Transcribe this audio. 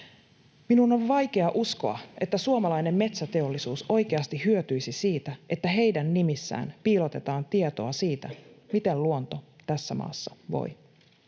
Minun on vaikea uskoa, että suomalainen metsäteollisuus oikeasti hyötyisi siitä, että heidän nimissään piilotetaan tietoa siitä, miten luonto tässä maassa voi.